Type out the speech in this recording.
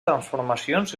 transformacions